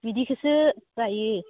बिदिखोसो लायो